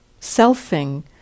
selfing